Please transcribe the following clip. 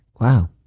Wow